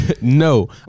No